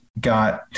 got